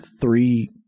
three